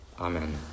Amen